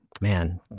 man